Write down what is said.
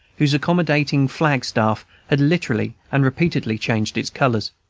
whose accommodating flag-staff had literally and repeatedly changed its colors.